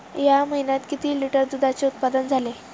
या महीन्यात किती लिटर दुधाचे उत्पादन झाले?